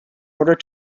order